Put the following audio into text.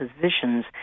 positions